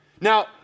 Now